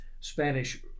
Spanish